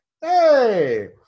hey